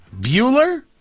Bueller